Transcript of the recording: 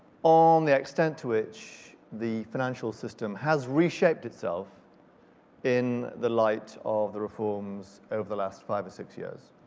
on the extent to which the financial system has reshaped itself in the light of the reforms over the last five or six years.